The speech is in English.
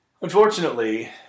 Unfortunately